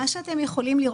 ניתן